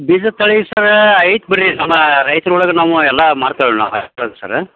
ಬೀಜ ತಳಿ ಸರ ಐತೆ ಬಿಡಿರಿ ನಮ್ಮ ರೈತರೊಳಗೆ ನಾವು ಎಲ್ಲ ಮಾರ್ತೇವೇಳಿ ನಾವು ಸರ